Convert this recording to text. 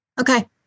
Okay